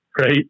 right